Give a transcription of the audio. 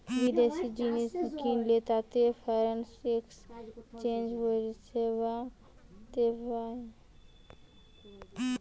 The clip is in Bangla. বিদেশি জিনিস কিনলে তাতে ফরেন এক্সচেঞ্জ পরিষেবাতে পায়